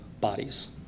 bodies